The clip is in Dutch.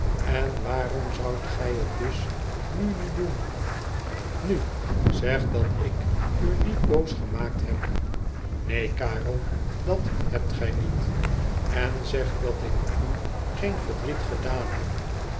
en waarom zoudt gij het dus nu niet doen i nu zeg dat ik u niet boos gemaakt heb neen karel dat hebt gij niet n zeg dat ik u geen verdriet gedaan heb